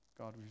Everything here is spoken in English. God